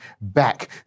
back